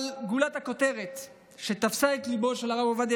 אבל גולת הכותרת שתפסה את ליבו של הרב עובדיה